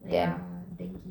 ya dengue